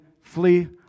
flee